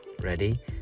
ready